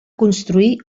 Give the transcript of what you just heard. construir